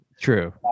True